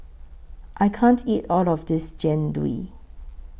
I can't eat All of This Jian Dui